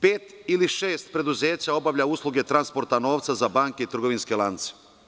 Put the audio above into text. Pet ili šest preduzeća obavlja usluge transporta novca za banke i trgovinske lance.